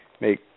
make